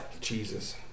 Jesus